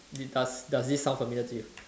it does does this sound familiar to you